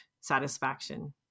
satisfaction